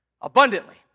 Abundantly